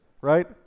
right